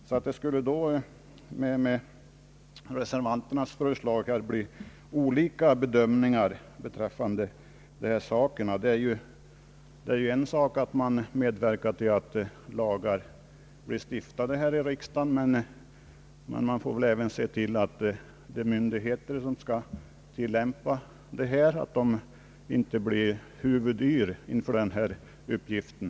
Enligt reservanternas förslag skulle man ha olika bedömningar i dessa fall. Det är ju en sak att medverka till att lagar blir stiftade här i riksdagen, men man får väl också se till att de myndigheter som skall använda sig av dem inte blir huvudyra inför uppgiften.